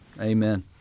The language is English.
Amen